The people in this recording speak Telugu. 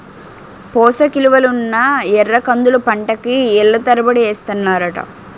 పోసకిలువలున్న ఎర్రకందుల పంటని ఏళ్ళ తరబడి ఏస్తన్నారట